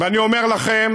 ואני אומר לכם: